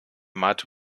malte